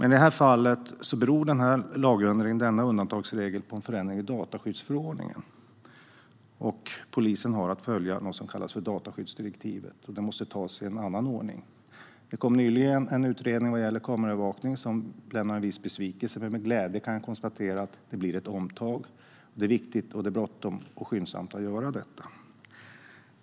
I detta fall beror lagändringen - denna undantagsregel - på en förändring i dataskyddsförordningen. Polisen har att följa det som kallas dataskyddsdirektivet, och det måste tas i en annan ordning. Kameraövervaknings-lagen och möjlighet erna att använda drönare Nyligen kom en utredning om kameraövervakning som lämnar en viss besvikelse. Jag kan dock med glädje konstatera att det blir ett omtag. Det är bråttom, och det är viktigt att skyndsamt göra detta.